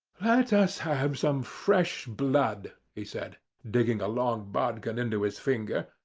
let us have some fresh blood, he said, digging a long bodkin into his finger,